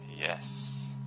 Yes